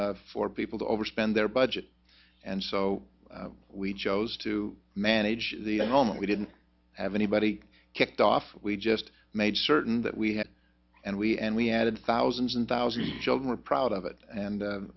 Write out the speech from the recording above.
for people to overspend their budget and so we chose to manage the enrollment we didn't have anybody kicked off we just made certain that we had and we and we added thousands and thousands of children are proud of it and